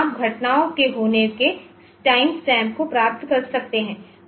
तो आप घटनाओं के होने के टाइम स्टैम्प को प्राप्त कर सकते हैं